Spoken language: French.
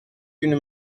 une